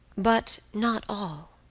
but not all,